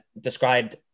described